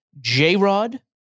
J-Rod